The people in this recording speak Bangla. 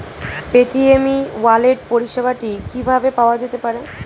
পেটিএম ই ওয়ালেট পরিষেবাটি কিভাবে পাওয়া যেতে পারে?